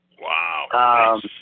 Wow